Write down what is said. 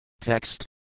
Text